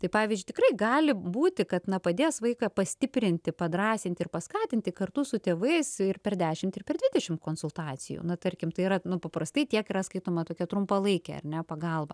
tai pavyzdžiui tikrai gali būti kad na padės vaiką pastiprinti padrąsinti ir paskatinti kartu su tėvais ir per dešimt ir per dvidešimt konsultacijų na tarkim tai yra nu paprastai tiek yra skaitoma tokia trumpalaikė ar ne pagalba